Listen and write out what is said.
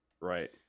Right